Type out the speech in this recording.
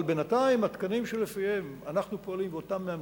אבל בינתיים התקנים שלפיהם אנחנו פועלים ואותם מאמצים,